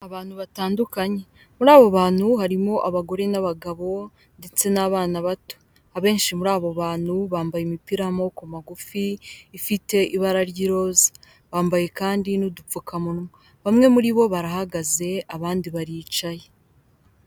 Abantu batandukanye muri abo bantu harimo abagore n'abagabo ndetse n'abana bato abenshi muri abo bantu bambaye imipira y'amaboko magufi ifite ibara ry'iroza bambaye kandi n'udupfukamunwa bamwe muri bo barahagaze abandi baricaye.